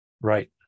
right